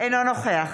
אינו נוכח